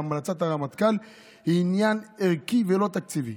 "בהמלצת הרמטכ"ל היא עניין ערכי ולא תקציבי.